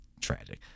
tragic